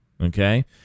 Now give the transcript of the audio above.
okay